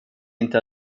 inte